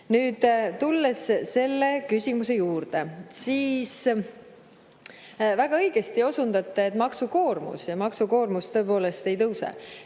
Nüüd tulles selle küsimuse juurde, siis väga õigesti osundate, et maksukoormus. Ja maksukoormus tõepoolest ei tõuse.